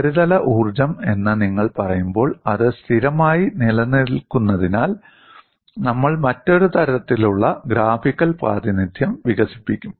ഉപരിതല ഊർജ്ജം എന്ന് നിങ്ങൾ പറയുമ്പോൾ അത് സ്ഥിരമായി നിലനിൽക്കുന്നതിനാൽ നമ്മൾ മറ്റൊരു തരത്തിലുള്ള ഗ്രാഫിക്കൽ പ്രാതിനിധ്യം വികസിപ്പിക്കും